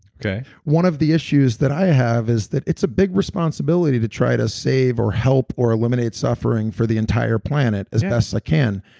one of the issues that i have is that it's a big responsibility to try to save or help or eliminate suffering for the entire planet as best i can,